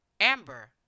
Amber